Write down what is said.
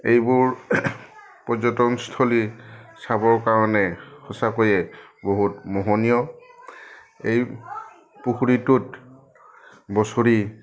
এইবোৰ পৰ্যটনস্থলী চাবৰ কাৰণে সঁচাকৈয়ে বহুত মোহনীয় এই পুখুৰীটোত বছৰি